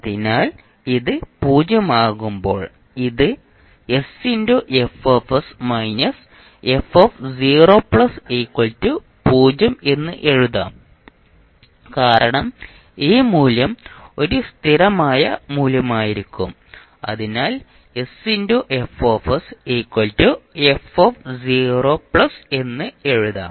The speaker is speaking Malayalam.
അതിനാൽ ഇത് പൂജ്യമാകുമ്പോൾ ഇത് എന്ന് എഴുതാം കാരണം ഈ മൂല്യം ഒരു സ്ഥിരമായ മൂല്യമായിരിക്കും അതിനാൽ എന്ന് എഴുതാം